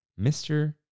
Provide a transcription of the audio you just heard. Mr